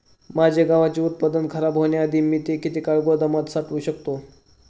माझे गव्हाचे उत्पादन खराब होण्याआधी मी ते किती काळ गोदामात साठवू शकतो?